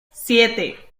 siete